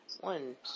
One